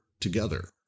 together